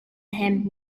him